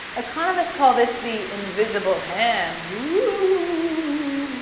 economists call this the invisible hand. oooooohhhh.